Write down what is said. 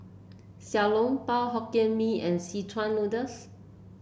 Xiao Long Bao Hokkien Mee and Szechuan Noodles